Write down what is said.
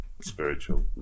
Spiritual